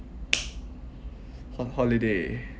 on holiday